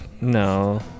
No